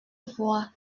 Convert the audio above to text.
voix